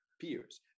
peers